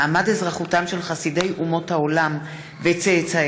מעמד אזרחותם של חסידי אומות העולם וצאצאיהם),